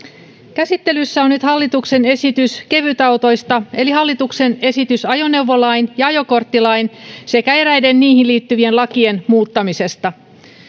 käsittelyssä on nyt hallituksen esitys kevytautoista eli hallituksen esitys ajoneuvolain ja ajokorttilain sekä eräiden niihin liittyvien lakien muuttamisesta